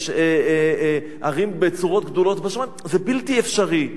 יש ערים בצורות גדולות, זה בלתי אפשרי.